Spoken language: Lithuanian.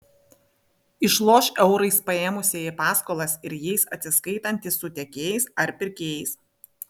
išloš eurais paėmusieji paskolas ir jais atsiskaitantys su tiekėjais ar pirkėjais